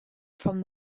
from